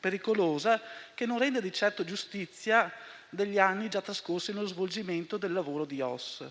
pericolosa, che non rende di certo giustizia degli anni già trascorsi nello svolgimento del lavoro di OSS.